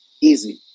easy